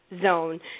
zone